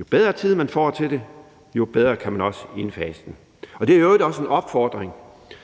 Jo bedre tid man får til det, jo bedre kan man også indfase det. Det er i øvrigt også en opfordring